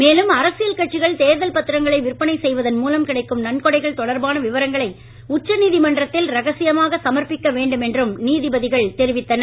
மேலும் அரசியல் கட்சிகள் தேர்தல் பத்திரங்களை விற்பனை செய்வதன் மூலம் கிடைக்கும் நன்கொடைகள் தொடர்பான விவரங்களை உச்சநீதிமன்றத்தில் ரகசியமாக சமர்பிக்க வேண்டும் என்றும் நீதிபதிகள் தெரிவித்தனர்